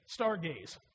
stargaze